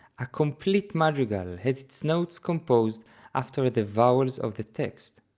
a complete madrigal has its notes composed after the vowels of the text.